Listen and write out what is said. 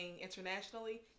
internationally